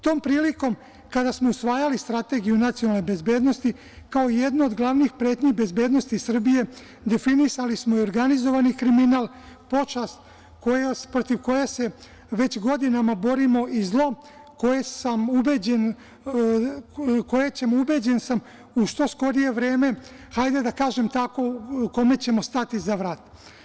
Tom prilikom, kada smo usvajali Strategiju nacionalne bezbednosti, kao jednu od glavnih pretnji bezbednosti Srbije definisali smo i organizovani kriminal, pošast protiv koje se već godinama borimo i zlo kome ćemo, ubeđen sam, u što skorije vreme, hajde da kažem tako, stati za vrat.